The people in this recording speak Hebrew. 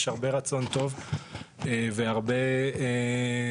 יש הרבה רצון טוב והרבה דיונים,